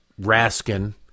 Raskin